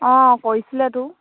অঁ কৰিছিলেতো